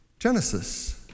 Genesis